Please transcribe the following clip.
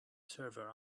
server